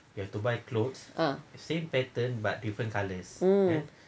ah mm